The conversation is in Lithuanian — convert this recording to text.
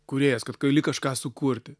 kūrėjas kad gali kažką sukurti